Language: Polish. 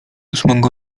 ósmego